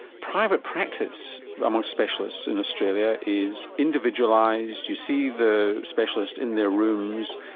private practice among specialists in australia is individualised, you see the specialist in their rooms,